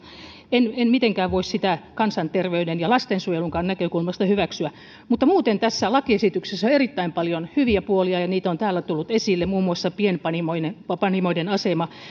en en mitenkään voi sitä kansanterveyden ja lastensuojelunkaan näkökulmasta hyväksyä mutta muuten tässä lakiesityksessä on erittäin paljon hyviä puolia ja niitä on täällä tullut esille muun muassa pienpanimoiden asema